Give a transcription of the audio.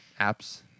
apps